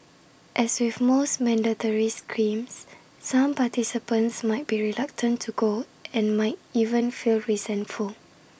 as with most mandatory screams some participants might be reluctant to go and might even feel resentful